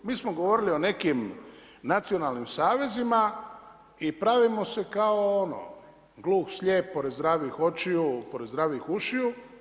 Mi smo govorili o nekim nacionalnim savezima i pravimo se kao ono, gluh, slijep pored zdravih očiju, pored zdravih ušiju.